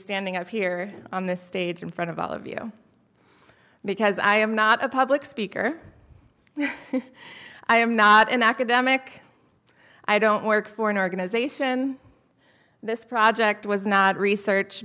standing up here on the stage in front of all of you because i am not a public speaker i am not an academic i don't work for an organization this project was not research